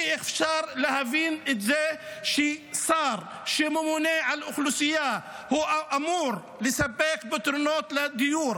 אי-אפשר להבין את זה ששר שממונה על אוכלוסייה ואמור לספק פתרונות דיור,